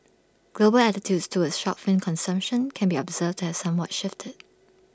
global attitudes towards shark fin consumption can be observed to have somewhat shifted